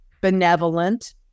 benevolent